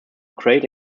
create